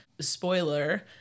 spoiler